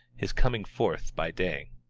his coming forth by day.